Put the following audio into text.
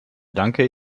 danke